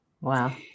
Wow